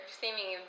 seeming